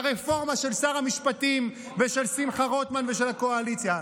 לרפורמה של שר המשפטים ושל שמחה רוטמן ושל הקואליציה.